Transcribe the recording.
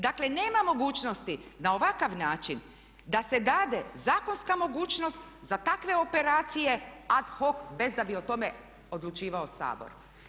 Dakle, nema mogućnosti na ovakav način da se dade zakonska mogućnost za takve operacije ad hoc bez da bi o tome odlučivao Sabor.